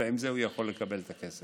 ועם זה הוא יכול לקבל את הכסף.